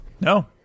No